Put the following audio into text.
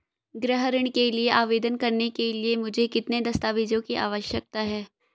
गृह ऋण के लिए आवेदन करने के लिए मुझे किन दस्तावेज़ों की आवश्यकता है?